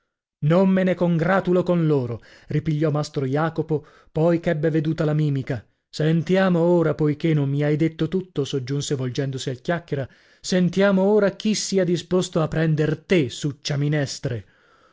non me ne congratulo con loro ripigliò mastro jacopo poi ch'ebbe veduta la mimica sentiamo ora poichè non mi hai detto tutto soggiunse volgendosi al chiacchiera sentiamo ora chi sia disposto a prender te